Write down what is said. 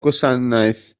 gwasanaeth